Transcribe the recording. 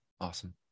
Awesome